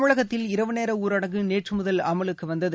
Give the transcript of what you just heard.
தமிழகத்தில் இரவு நேர ஊரடங்கு நேற்று முதல் அமலுக்கு வந்தது